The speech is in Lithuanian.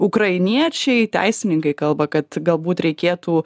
ukrainiečiai teisininkai kalba kad galbūt reikėtų